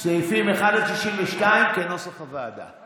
על סעיפים 1 עד 62, כנוסח הוועדה,